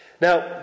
Now